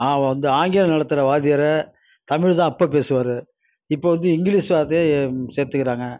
வந்து ஆங்கிலம் நடத்துகிற வாத்தியார் தமிழ் தான் அப்போ பேசுவார் இப்போ வந்து இங்கிலீஷ் வார்த்தையும் சேர்த்துக்குறாங்க